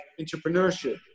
entrepreneurship